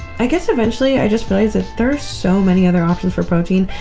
i guess eventually i just realized that there are so many other options for protein,